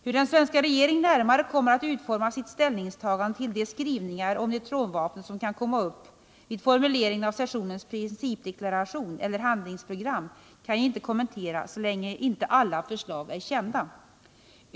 Hur den svenska regeringen närmare kommer att utforma sitt ställningstagande till de skrivningar om neutronvapnet som kan komma upp vid formuleringen av sessionens principdeklaration eller handlingsprogram kan jag inte kommentera så länge inte alla förslag är kända.